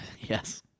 Yes